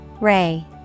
Ray